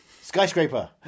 Skyscraper